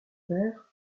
terres